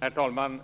Herr talman!